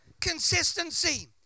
Consistency